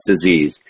Disease